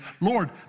Lord